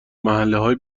محلههای